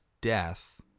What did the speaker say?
death